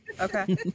Okay